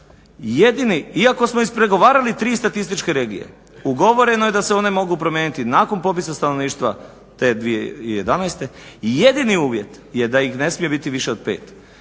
rekla iako smo ispregovarali tri statističke regije, ugovoreno je da se one mogu promijeniti nakon popisa stanovništva te 2011. I jedini uvjet je da ih ne smije biti više od 5